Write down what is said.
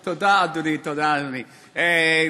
תודה, אדוני, תודה, אדוני.